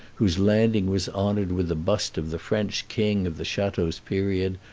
whose landing was honored with the bust of the french king of the chateau's period,